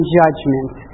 judgment